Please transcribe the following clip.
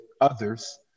others